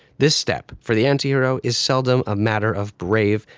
this step, for the anti-hero, is seldom a matter of brave,